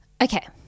Okay